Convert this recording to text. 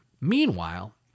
Meanwhile